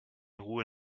ruhe